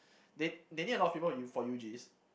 they they need a lot of people U for U_Gs